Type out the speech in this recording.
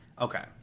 Okay